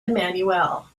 emmanuel